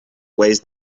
weighs